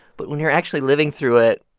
but when you're actually living through it,